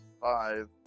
Five